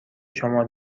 شما